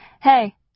Hey